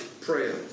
prayer